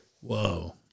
Whoa